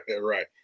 Right